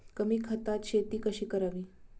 कमी खतात शेती कशी करावी?